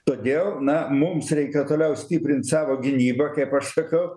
todėl na mums reikia toliau stiprint savo gynybą kaip aš sakau